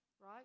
Right